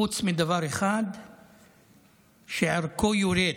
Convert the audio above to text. חוץ מדבר אחד שערכו יורד,